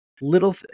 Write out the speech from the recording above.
little